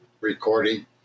recording